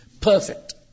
Perfect